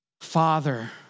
Father